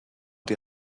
die